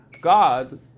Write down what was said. God